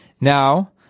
Now